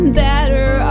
better